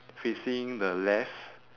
facing the left